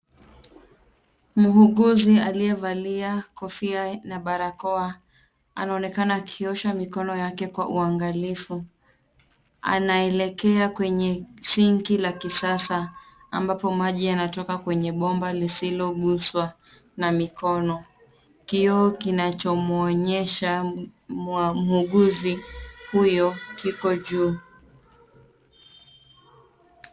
Muuguzi aliyevalia kofia na barakoa, anaonekana akiosha mikono yake kwa uangalifu. Anaelekea kwenye singi la kisasa, ambapo maji yanatoka kwenye bomba lisiloguswa na mikono. Kioo kinachomwonyesha muuguzi huyo kiko juu.